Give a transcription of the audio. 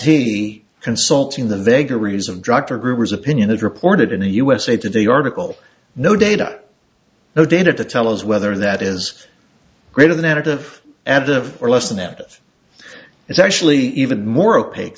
he consulting the vagaries of drug or gruber's opinion that reported in the usa today article no data no data to tell us whether that is greater than additive additive or less than that it's actually even more opaque